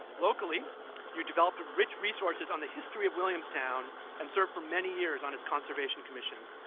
locally you developed rich resources on the history of williamstown and served for many years on its conservation commission.